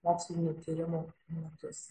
mokslinių tyrimų metus